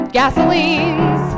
gasolines